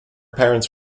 parents